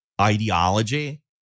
ideology